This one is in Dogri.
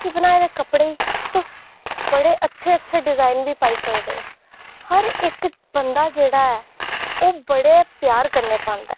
हत्थै बनाए दे कपड़े तुस बड़े अच्छे अच्छे डिजाईन बी पाई सकदे ओ हर इक्क बंदा जेह्ड़ा ऐ ओह् बड़े प्यार कन्नै पांदा ऐ